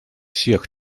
всех